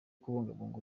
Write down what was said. kubungabunga